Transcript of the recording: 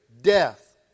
death